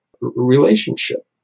relationship